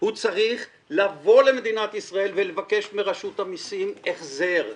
הוא צריך לבוא למדינת ישראל ולבקש מרשות המסים החזר.